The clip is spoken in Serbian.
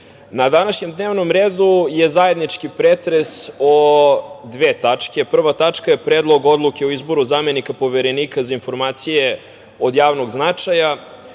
na današnjem dnevnom redu je zajednički pretres o dve tačke, prva tačka je Predlog odluke o izboru zamenika Poverenika za informacije od javnog značaja